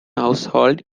household